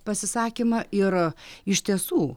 pasisakymą ir iš tiesų